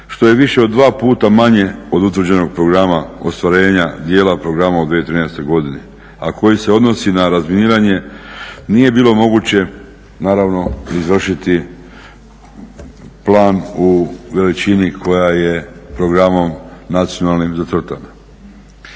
što je više od dva puta manje od utvrđenog programa ostvarenja dijela programa u 2013. godini a koji se odnosi na razminiranje nije bilo moguće naravno izvršiti plan u veličini koja je programom nacionalnim zacrtana.